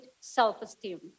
self-esteem